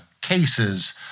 cases